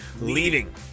leading